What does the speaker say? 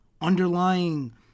underlying